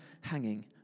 hanging